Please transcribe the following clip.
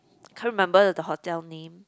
can't remember the hotel name